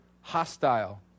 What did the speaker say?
hostile